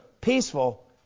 peaceful